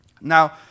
Now